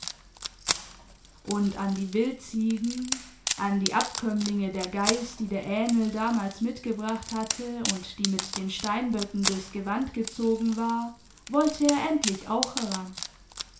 und an die wildziegen an die abkömmlinge der geiß die der ähnl damals mitgebracht hatte und die mit den steinböcken durchs gewand gezogen war wollte er endlich auch heran